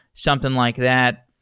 something like that.